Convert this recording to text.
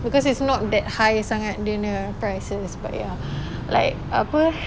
because it's not that high sangat dia punya prices but ya like apa